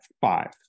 five